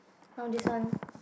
no this one